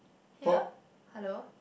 here hello